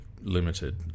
limited